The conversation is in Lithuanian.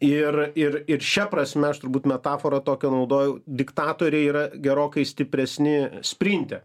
ir ir ir šia prasme aš turbūt metaforą tokią naudoju diktatoriai yra gerokai stipresni sprinte